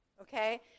okay